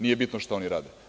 Nije bitno šta oni rade.